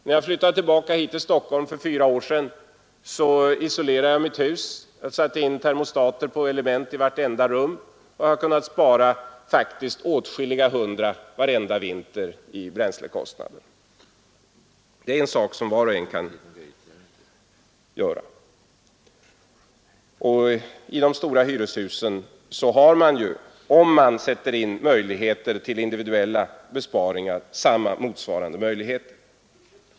När jag flyttade tillbaka till Stockholm för fyra år sedan, isolerade jag mitt hus. Jag satte in termostater på element i vartenda rum och jag har därigenom i bränslekostnader kunnat spara åtskilliga hundra kronor varenda vinter. Detta kan var och en göra. I de stora hyreshusen har man motsvarande möjligheter till individuella besparingar, om åtgärder vidtas.